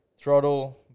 throttle